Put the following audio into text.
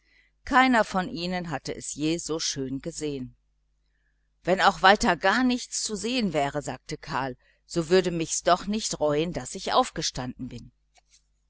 keiner von ihnen hatte es je so schön gesehen wenn auch weiter gar nichts zu sehen wäre sagte karl so würde mich's doch nicht reuen daß ich aufgestanden bin